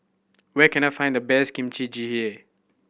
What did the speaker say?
where can I find the best Kimchi Jjigae